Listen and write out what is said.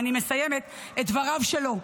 ואני מסיימת את דבריו שלו: